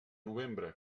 novembre